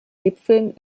gipfeln